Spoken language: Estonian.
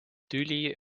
tüli